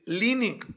leaning